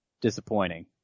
disappointing